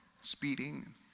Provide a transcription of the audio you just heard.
speeding